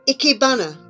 Ikebana